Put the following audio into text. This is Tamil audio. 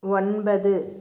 ஒன்பது